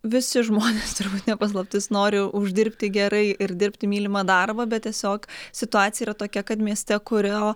visi žmonės turbūt ne paslaptis nori uždirbti gerai ir dirbti mylimą darbą bet tiesiog situacija yra tokia kad mieste kurio